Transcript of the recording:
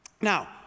Now